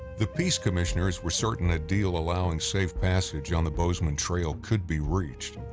the peace commissioners were certain a deal allowing safe passage on the bozeman trail could be reached.